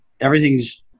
everything's